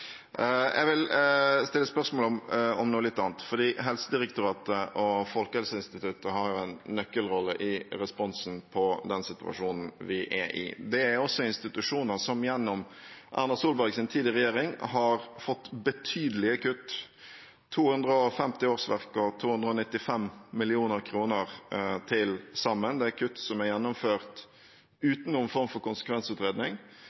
Jeg vil stille spørsmål om noe litt annet. Helsedirektoratet og Folkehelseinstituttet har en nøkkelrolle i responsen med tanke på den situasjonen vi er i. Det er også institusjoner som gjennom Erna Solbergs tid i regjering har fått betydelige kutt – 250 årsverk og 295 mill. kr til sammen. Det er kutt som er gjennomført